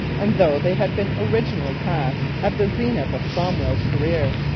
and though they had been originally passed, at the zenith of cromwell's career,